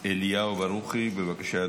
אליהו ברוכי, בבקשה,